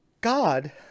God